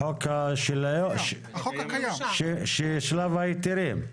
החוק של שלב ההיתרים.